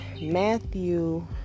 Matthew